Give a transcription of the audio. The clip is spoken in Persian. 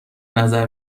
نظر